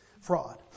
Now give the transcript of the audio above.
Fraud